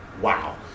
wow